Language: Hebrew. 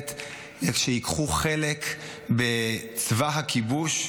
מתנגדת שהם ייקחו חלק בצבא הכיבוש,